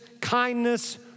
kindness